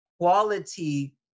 quality